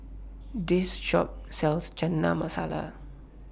This Shop sells Chana Masala